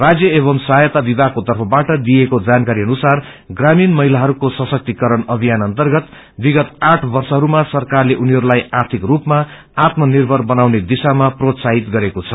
राज्य एवम् सहायता विमागाके तर्फबाट दिइएको जानकारी अनुसार प्रामीण महिलाहरूको सशक्तिकरण अभियान अर्न्तगत विगत आठ वर्षहरूमा सरकारले उनीहरूलाई आध्रिक स्पमा आत्म निर्भर बनाउने दिशामा प्रोत्साहित गरेाको छ